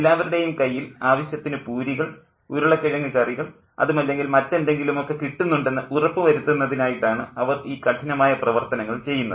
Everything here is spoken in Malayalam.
എല്ലാവരുടെയും കയ്യിൽ ആവശ്യത്തിന് പൂരികൾ ഉരുളക്കിഴങ്ങ് കറികൾ അതുമല്ലെങ്കിൽ മറ്റെന്തെങ്കിലുമൊക്കെ കിട്ടുന്നുണ്ടെന്ന് ഉറപ്പുവരുത്തുന്നതിനായിട്ടാന് അവർ ഈ കഠിനമായ പ്രവർത്തനങ്ങൾ ചെയ്യുന്നത്